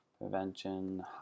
Prevention